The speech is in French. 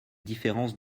différence